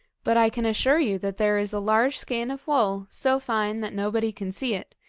but i can assure you that there is a large skein of wool, so fine that nobody can see it,